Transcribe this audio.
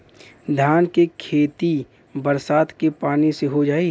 धान के खेती बरसात के पानी से हो जाई?